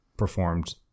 performed